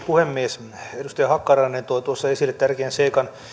puhemies edustaja hakkarainen toi tuossa esille tärkeän seikan